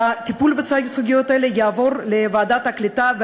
שהטיפול בסוגיות האלה יעבור לוועדת העלייה והקליטה,